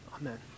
amen